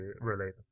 related